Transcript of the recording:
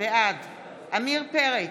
בעד עמיר פרץ,